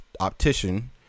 optician